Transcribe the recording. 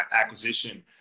acquisition